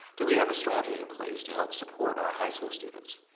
do we have a strategy in place to help support our high school students?